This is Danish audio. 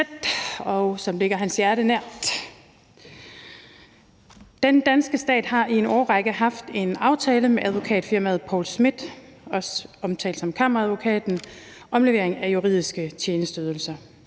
Den danske stat har i en årrække haft en aftale med advokatfirmaet Poul Schmith, også omtalt som Kammeradvokaten, om levering af juridiske tjenesteydelser.